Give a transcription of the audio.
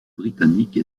britannique